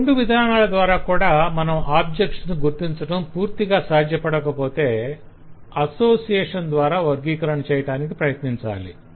ఈ రెండు విధానాల ద్వారా కూడా మనం ఆబ్జెక్ట్స్ ను గుర్తించటం పూర్తిగా సాధ్యపడకపోతే అసోసియేషన్ ద్వార వర్గీకరణ చేయటానికి ప్రయత్నించాలి